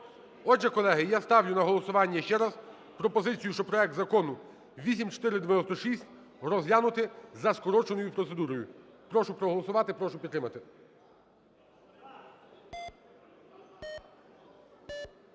Отже, колеги, я ставлю на голосування ще раз пропозицію, що проект Закону 8496 розглянути за скороченою процедурою. Прошу проголосувати. Прошу підтримати.